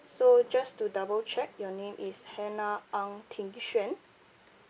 so just to double check your name is hannah ang ting xuan